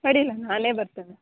ಅಡ್ಡಿಲ್ಲ ನಾನೇ ಬರ್ತೇನೆ